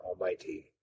almighty